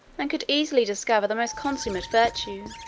and could easily discover the most consummate virtue,